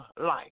life